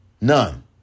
None